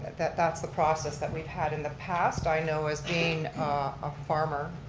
that that's the process that we've had in the past. i know as being a farmer,